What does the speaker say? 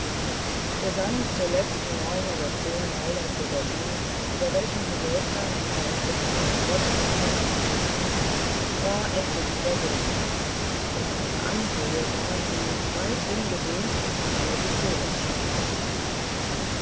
der sand der letzten neun oder zehn meilen vor berlin über welchen herr wolfgang und heimken um die wette den kopf geschüttelt hatten war endlich überwunden von einer anhöhe sahen sie weit hingedehnt im tale die königsstadt vor sich liegen